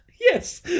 Yes